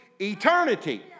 eternity